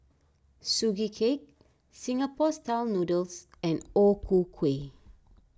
Sugee Cake Singapore Style Noodles and O Ku Kueh